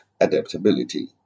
adaptability